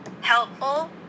helpful